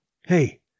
Hey